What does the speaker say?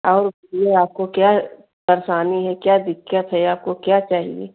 और यह आपको क्या परेशानी है क्या दिक़्क़त है आपको क्या चाहिए